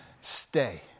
stay